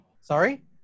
Sorry